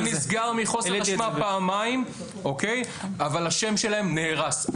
-- ונסגר מחוסר אשמה פעמיים, אבל השם שלהם נהרס.